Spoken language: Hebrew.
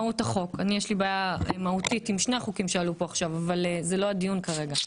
יש לי בעיה מהותית עם שני חוקים שעלו כאן עכשיו אבל זה לא הדיון כרגע.